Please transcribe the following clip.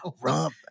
Rob